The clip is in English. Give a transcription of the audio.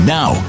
now